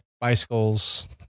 bicycles